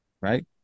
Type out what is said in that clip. right